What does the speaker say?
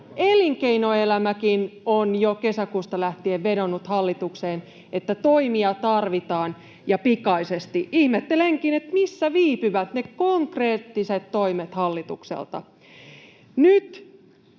elinkeinoelämäkin on jo kesäkuusta lähtien vedonnut hallitukseen, että toimia tarvitaan ja pikaisesti. Ihmettelenkin, missä viipyvät ne konkreettiset toimet hallitukselta.